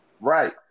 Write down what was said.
Right